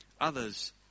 Others